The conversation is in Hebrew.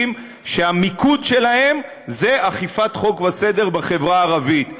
שהמיקוד שלהם זה אכיפת חוק וסדר בחברה הערבית,